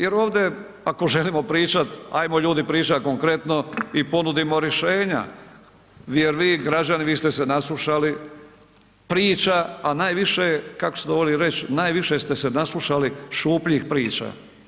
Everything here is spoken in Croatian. Jer ovdje ako želimo pričat, ajmo ljudi pričat konkretno i ponudimo rješenja jer vi građani, vi ste se naslušali priča, a najviše, kako se to voli reć, najviše ste se naslušali šupljih priča.